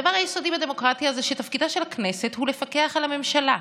הדבר היסודי בדמוקרטיה זה שתפקידה של הכנסת הוא לפקח על הממשלה,